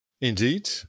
Indeed